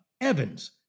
Evans